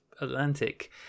atlantic